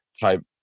type